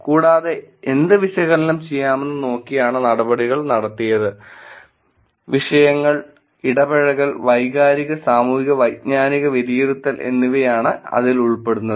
കൂടാതെ എന്ത് വിശകലനം ചെയ്യാമെന്ന് നോക്കിയാണ് നടപടികൾ നടത്തിയത് വിഷയങ്ങൾ ഇടപഴകൽ വൈകാരിക സാമൂഹിക വൈജ്ഞാനിക വിലയിരുത്തൽ എന്നിവയാണ് അതിൽ ഉൾപ്പെടുന്നത്